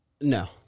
No